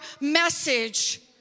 message